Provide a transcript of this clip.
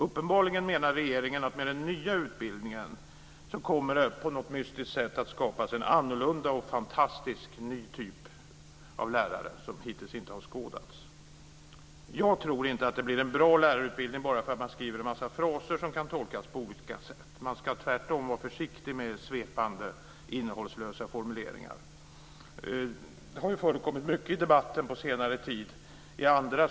Uppenbarligen menar regeringen att med den nya utbildningen kommer det på något mystiskt sätt att skapas en annorlunda, fantastisk och ny typ av lärare, som hittills inte har skådats. Jag tror inte att det blir en bra lärarutbildning bara för att man skriver en massa fraser som kan tolkas på olika sätt. Man ska tvärtom vara försiktig med svepande innehållslösa formuleringar, som har förekommit i debatten på senare tid.